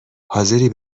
حاضری